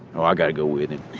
oh, i gotta go with him.